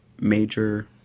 major